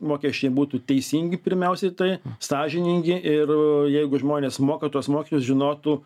mokesčiai būtų teisingi pirmiausiai tai sąžiningi ir jeigu žmonės moka tuos mokesčius žinotų